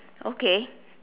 okay